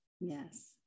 Yes